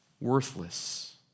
Worthless